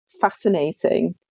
fascinating